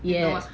yes